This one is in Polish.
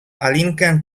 alinkę